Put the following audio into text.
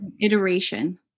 Iteration